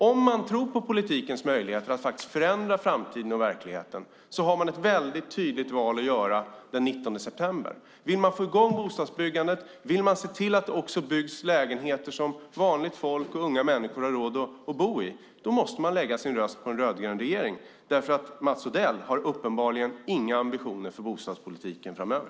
Om man tror på politikens möjligheter att förändra framtiden och verkligheten har man ett tydligt val att göra den 19 september. Om man vill få i gång bostadsbyggandet och se till att det även byggs lägenheter som vanligt folk och unga har råd att bo i måste man lägga sin röst på en rödgrön regering. Mats Odell har uppenbarligen inga ambitioner för bostadspolitiken framöver.